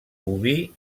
oví